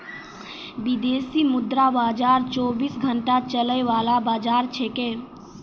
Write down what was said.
विदेशी मुद्रा बाजार चौबीस घंटा चलय वाला बाजार छेकै